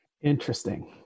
Interesting